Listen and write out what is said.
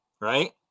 right